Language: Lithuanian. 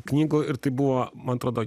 knygų ir tai buvo man atrodo